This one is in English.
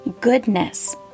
Goodness